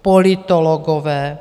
Politologové?